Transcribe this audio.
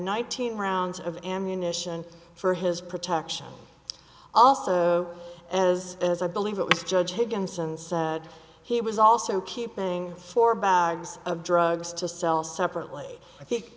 thousand rounds of ammunition for his protection also as as i believe it was judge higginson's he was also keeping four bags of drugs to sell separately i think